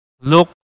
look